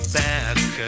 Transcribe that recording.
back